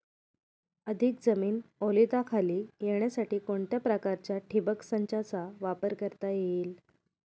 अधिक जमीन ओलिताखाली येण्यासाठी कोणत्या प्रकारच्या ठिबक संचाचा वापर करता येईल?